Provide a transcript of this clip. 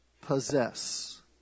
possess